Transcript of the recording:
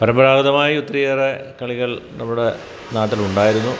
പരമ്പരാഗതമായി ഒത്തിരിയേറെ കളികൾ നമ്മുടെ നാട്ടിലുണ്ടായിരുന്നു